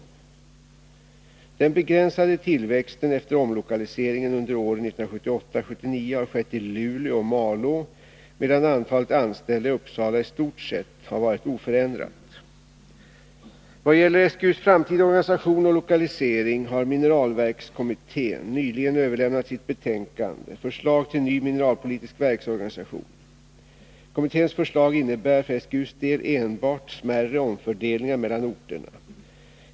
Den begränsade tillväxten efter omlokaliseringen under åren 1978-1979 har skett i Luleå och Malå, medan antalet anställda i Uppsala i stort sett har varit oförändrat. Vad gäller SGU:s framtida organisation och lokalisering har mineralverkskommittén nyligen överlämnat sitt betänkande Förslag till ny mineralpolitisk verksorganisation. Kommitténs förslag innebär för SGU:s del enbart smärre omfördelningar mellan orterna.